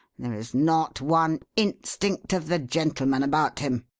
there is not one instinct of the gentleman about him.